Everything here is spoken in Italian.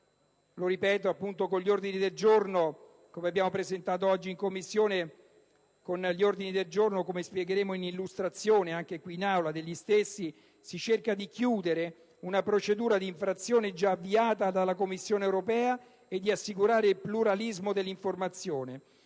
Lo ripeto, con gli ordini del giorno che abbiamo presentato oggi in Commissione, come spiegheremo anche nel corso della loro illustrazione in Aula, si cerca di chiudere una procedura di infrazione già avviata dalla Commissione europea e di assicurare il pluralismo dell'informazione.